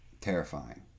Terrifying